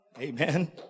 Amen